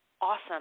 awesome